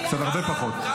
קצת הרבה פחות.